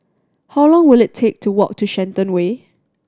how long will it take to walk to Shenton Way